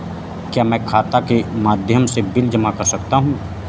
क्या मैं खाता के माध्यम से बिल जमा कर सकता हूँ?